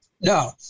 no